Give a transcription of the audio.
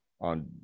on